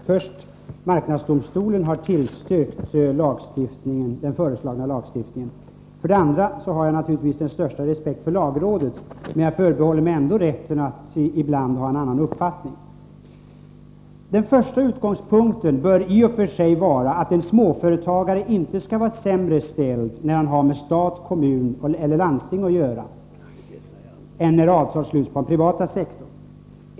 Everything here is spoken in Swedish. Herr talman! För det första: Marknadsdomstolen har tillstyrkt den föreslagna lagstiftningen. För det andra: Jag har naturligtvis den största respekt för lagrådet, men förbehåller mig ändå rätten att ibland ha en annan uppfattning. Den första utgångspunkten bör i och för sig vara att en småföretagare inte skall vara sämre ställd när han har med stat, kommun eller landsting att göra än när avtal sluts på den privata sektorn.